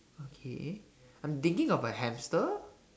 okay I'm thinking of a hamster